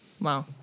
Wow